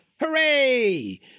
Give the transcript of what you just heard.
Hooray